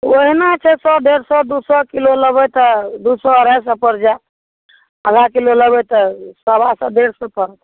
ओहिना छै सए डेढ़ सए दू सए किलो लेबै तऽ दू सए अढ़ाइ सए पड़ि जाएत आधा किलो लेबै तऽ सवा सए डेढ़ सए पड़त